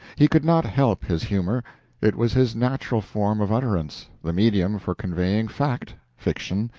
he could not help his humor it was his natural form of utterance the medium for conveying fact, fiction,